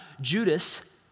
Judas